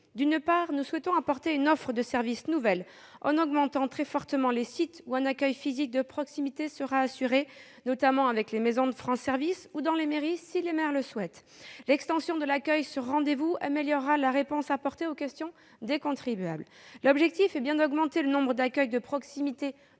D'une part, nous souhaitons apporter une offre de service nouvelle en augmentant très fortement les sites où un accueil physique de proximité sera assuré, notamment dans les maisons France service ou dans les mairies, si les maires le souhaitent. L'extension de l'accueil sur rendez-vous améliorera la réponse apportée aux questions des contribuables. L'objectif est d'augmenter le nombre d'accueils de proximité